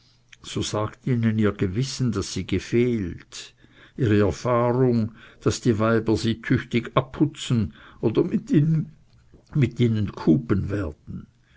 so sagt ihnen ihr gewissen daß sie gefehlt ihre erfahrung daß die weiber sie tüchtig abputzen oder mit ihnen kupen werden